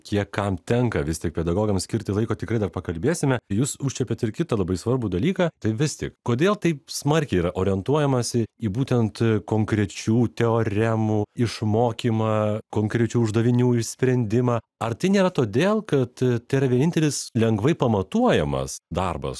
kiek kam tenka vis tiek pedagogams skirti laiko tikrai dar pakalbėsime jūs užčiuopiate ir kita labai svarbų dalyką tai vis tik kodėl taip smarkiai yra orientuojamasi į būtent konkrečių teoremų išmokymą konkrečių uždavinių išsprendimą ar tai nėra todėl kad tėra vienintelis lengvai pamatuojamas darbas